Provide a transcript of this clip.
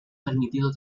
permitido